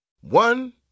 One